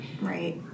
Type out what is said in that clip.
Right